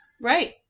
Right